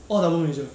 all double major